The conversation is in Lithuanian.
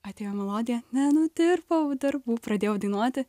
atėjo melodija nenudirbau darbų pradėjau dainuoti